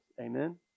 Amen